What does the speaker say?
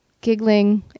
giggling